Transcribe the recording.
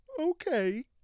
Okay